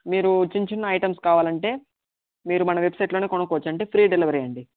మీరు చిన్న చిన్న ఐటెంస్ కావాలంటే మీరు మన వెబ్సైట్ లోనే కొనుక్కోవచ్చు అంటే ఫ్రీ డెలివరీ అండి